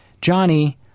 Johnny